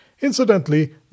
Incidentally